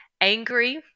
angry